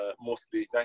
mostly